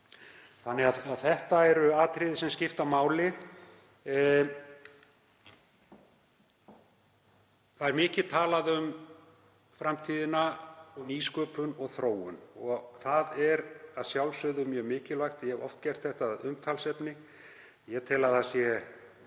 Þetta eru atriði sem skipta máli. Það er mikið talað um framtíðina, nýsköpun og þróun og það er að sjálfsögðu mjög mikilvægt. Ég hef oft gert það að umtalsefni. Ég tel mjög